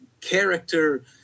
character